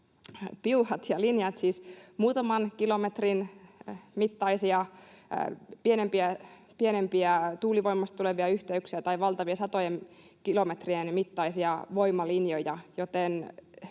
vaihtelevia, siis muutaman kilometrin mittaisia, pienempiä tuulivoimasta tulevia yhteyksiä tai valtavia satojen kilometrien mittaisia voimalinjoja.